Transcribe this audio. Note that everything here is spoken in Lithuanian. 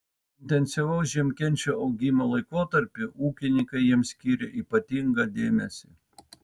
intensyvaus žiemkenčių augimo laikotarpiu ūkininkai jiems skyrė ypatingą dėmesį